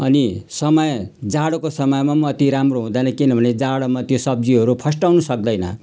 अनि समय जाडोको समयमा अति राम्रो हुँदैन किनभने जाडोमा त्यो सब्जीहरू फस्टाउनु सक्दैन